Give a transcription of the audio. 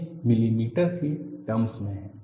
यह मिलीमीटर के टर्मस में है